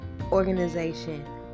organization